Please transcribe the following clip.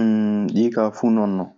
ɗii kaa fuu non non.